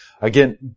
Again